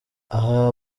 aha